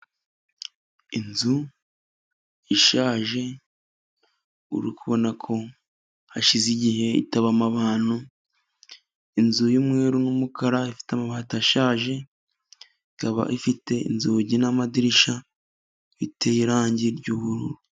Inzu ishaje urabona ko hashize igihe itabamo abantu, inzu y'umweru n'umukara ifite amabati ashaje ikaba ifite inzugi n'amadirishya biteye irangi ry'ubururu.